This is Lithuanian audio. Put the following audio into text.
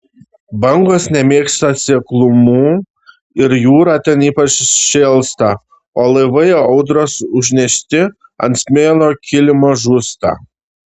bangos nemėgsta seklumų ir jūra ten ypač šėlsta o laivai audros užnešti ant smėlio kilimo žūsta